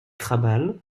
krabal